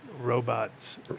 Robots